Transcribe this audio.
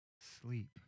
sleep